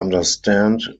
understand